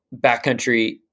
backcountry